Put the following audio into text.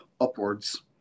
upwards